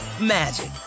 magic